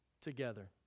together